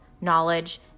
knowledge